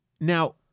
now